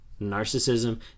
Narcissism